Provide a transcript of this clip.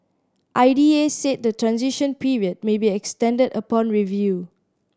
I D A said the transition period may be extended upon review